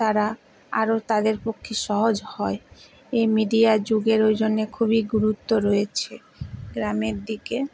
তারা আরো তাদের পক্ষে সহজ হয় এই মিডিয়ার যুগের ওই জন্যে খুবই গুরুত্ব রয়েছে গ্রামের দিকে